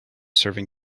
serving